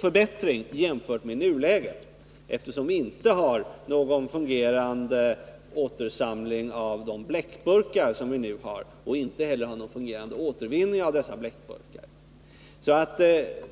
förbättring jämfört med nuläget, eftersom vi inte har någon fungerande återinsamling av de bleckburkar som vi nu har och inte heller någon fungerande återvinning av dessa bleckburkar.